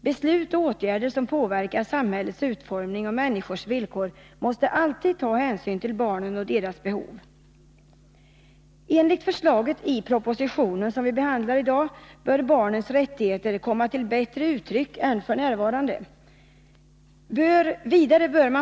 Beslut och åtgärder som påverkar samhällets utformning och människors villkor måste alltid ta hänsyn till barnen och deras behov. Enligt förslaget i propositionen bör barnens rättigheter komma till bättre uttryck än f. n.